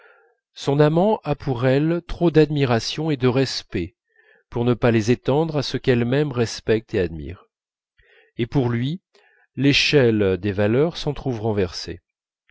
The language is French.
son amant a pour elle trop d'admiration et de respect pour ne pas les étendre à ce qu'elle-même respecte et admire et pour lui l'échelle des valeurs s'en